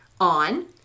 On